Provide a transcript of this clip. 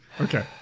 Okay